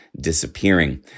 disappearing